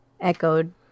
echoed